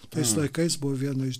tais laikais buvo viena iš